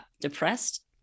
depressed